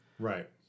right